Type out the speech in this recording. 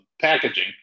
packaging